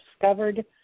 discovered